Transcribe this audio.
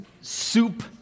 soup